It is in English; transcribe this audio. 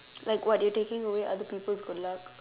like what you're taking away other people's good luck